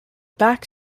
back